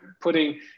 putting